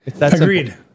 Agreed